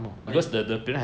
oh yo~